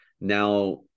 now